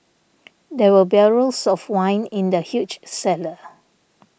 there were barrels of wine in the huge cellar